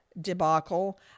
debacle